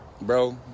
bro